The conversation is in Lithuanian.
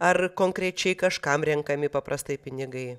ar konkrečiai kažkam renkami paprastai pinigai